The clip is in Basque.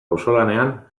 auzolanean